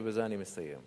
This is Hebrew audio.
ובזה אני מסיים,